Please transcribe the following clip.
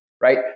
right